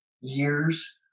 years